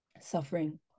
suffering